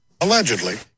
Allegedly